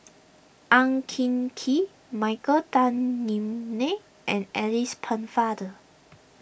Ang Hin Kee Michael Tan Kim Nei and Alice Pennefather